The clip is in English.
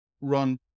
run